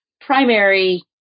primary